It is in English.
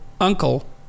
uncle